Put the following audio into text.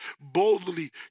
boldly